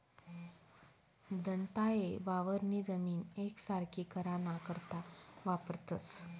दंताये वावरनी जमीन येकसारखी कराना करता वापरतंस